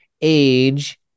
age